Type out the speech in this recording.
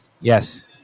Yes